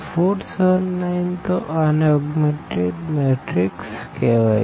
તો 4 7 9 તો આને ઓગ્મેનટેડ મેટ્રીક્સ કેહવાય